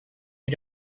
you